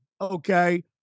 okay